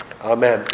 Amen